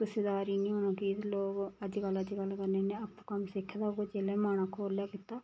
कुसै दा आरी नी होना की लोक अज्जकल अज्जकल करदे न ते आपूं कम्म सिक्खे दा होग जेल्लै मन आक्खो ओल्लै कीता